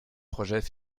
projets